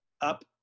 up